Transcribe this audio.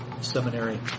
Seminary